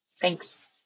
Thanks